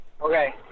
okay